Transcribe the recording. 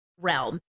realm